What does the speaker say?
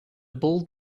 bald